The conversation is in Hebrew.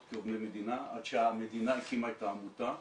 כעובדי מדינה עד שהמדינה הקימה את העמותה.